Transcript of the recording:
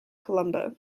colombo